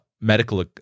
medical